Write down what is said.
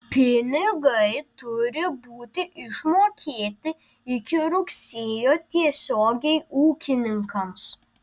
pinigai turi būti išmokėti iki rugsėjo tiesiogiai ūkininkams